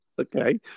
Okay